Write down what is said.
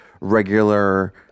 regular